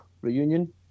reunion